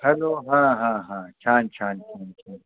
hello हां हां हां छान छान छान छान